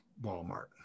walmart